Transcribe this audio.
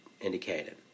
indicated